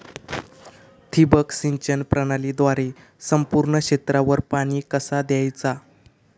ठिबक सिंचन प्रणालीद्वारे संपूर्ण क्षेत्रावर पाणी कसा दयाचा?